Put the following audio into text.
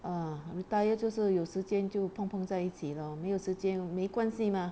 a'ah retired 就是有时间就碰碰在一起 lor 没有时间没关系吗